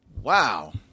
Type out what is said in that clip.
Wow